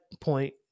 point